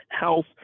Health